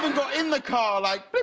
but got in the car like but